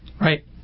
Right